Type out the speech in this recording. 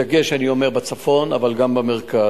בדגש בצפון, אבל גם במרכז.